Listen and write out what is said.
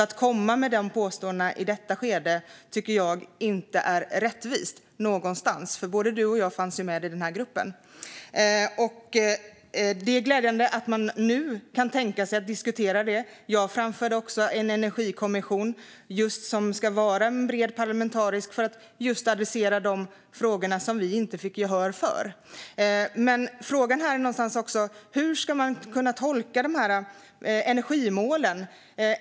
Att komma med de här påståendena i detta skede tycker jag inte är rättvist någonstans, för både du och jag fanns med i den här gruppen. Det är glädjande att man nu kan tänka sig att diskutera detta. Jag framförde också ett förslag om en energikommission som ska vara en bred parlamentarisk församling för att adressera just de frågor som vi inte fick gehör för. Men frågan här är någonstans också: Hur ska man kunna tolka energimålen?